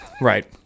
right